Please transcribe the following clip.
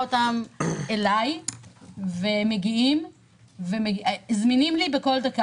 אותם אליי והם מגיעים וזמינים לי בכל דקה.